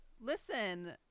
Listen